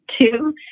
Two